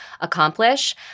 accomplish